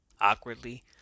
Awkwardly